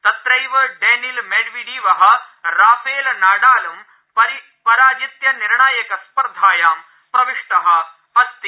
तत्रैव डेनिल मेडवेडीवः राफेल नाडालं पराजित्य निर्णायक स्पर्धायां प्रविष्टः अस्ति